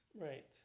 Right